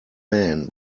men